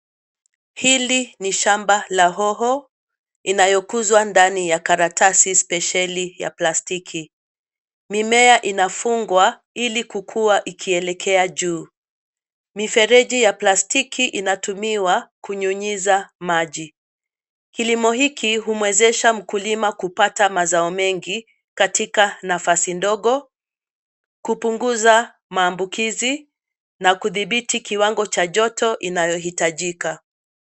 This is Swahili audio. Hili ni shamba la hoho inayokuzwa ndani ya karatasi spesheli ya plastiki. Mimea inafungwa ili kukua ikielekea juu. Mifereji ya plastiki inatumiwa kunyunyiza maji. Kilimo hiki humwezesha mkulima kupata mazao mengi katika nafasi ndogo, kupunguza maambukizi na kudhibiti kiwango cha joto inayohitajika.